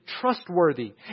trustworthy